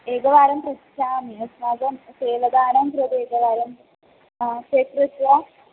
एकवारं पृच्छामि अस्माकं सेवदानं कृते एकवारं ते पृष्ट्वा